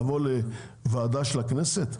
לבוא לוועדה של הכנסת?